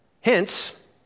Hence